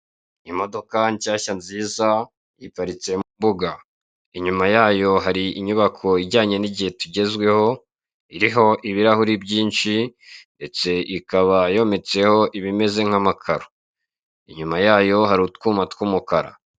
Imodoka nshyashya nziza iparitse mu mbuga, inyuma yayo hari inyubako ijyanye n'igihe tugezweho iriho ibirahure by'inshi ndetse ikaba yometseho ibimeze nk'amakaro. Inyuma yayo hari utwuma tw'umukara.